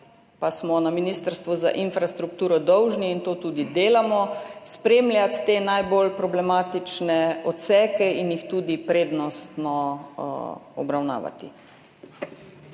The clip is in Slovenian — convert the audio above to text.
pa smo na Ministrstvu za infrastrukturo dolžni, in to tudi delamo, spremljati te najbolj problematične odseke in jih tudi prednostno obravnavati.